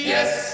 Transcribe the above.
Yes